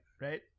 right